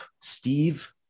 Steve